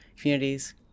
communities